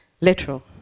literal